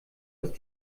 ist